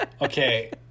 okay